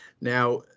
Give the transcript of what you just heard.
Now